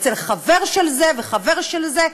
אצל חבר של זה, וחבר של זה.